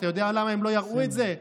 אתה יודע למה הם לא יראו את זה?